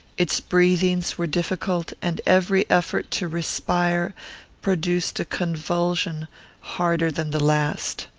its breathings were difficult, and every effort to respire produced a convulsion harder than the last.